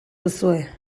duzue